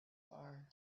are